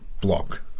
block